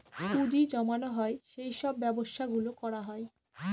পুঁজি জমানো হয় সেই সব ব্যবসা গুলো করা হয়